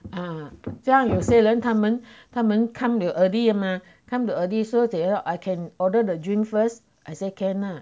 ah 这样有些人他们他们 come the early ah mah come to early so they all I can order the drink first I say can lah